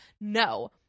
No